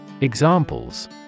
Examples